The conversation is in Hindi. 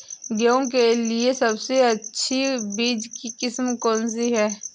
गेहूँ के लिए सबसे अच्छी बीज की किस्म कौनसी है?